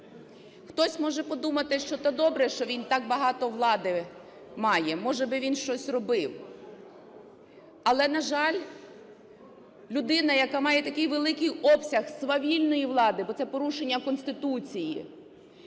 Хтось може подумати, що то добре, що він так багато влади має, може, би він щось робив. Але, на жаль, людина, яка має такий великий обсяг свавільної влади, бо це порушення Конституції,